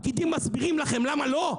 הפקידים מסבירים לכם למה לא?